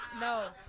No